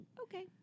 Okay